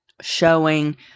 showing